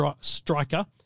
striker